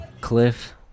Cliff